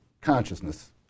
consciousness